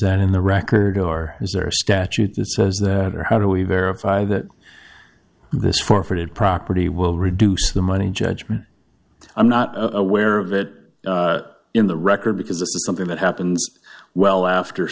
that in the record are is there a statute that says that or how do we verify that this forfeited property will reduce the money judgment i'm not aware of it in the record because this is something that happens well after